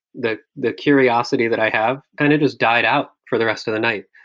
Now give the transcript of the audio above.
the the curiosity that i have and just died out for the rest of the night.